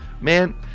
Man